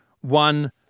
One